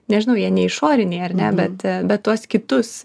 nežinau jie ne išoriniai ar ne bet bet tuos kitus